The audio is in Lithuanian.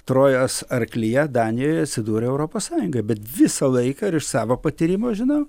trojos arklyje danijoje atsidūrė europos sąjungoj bet visą laiką ir iš savo patyrimo žinau